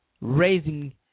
raising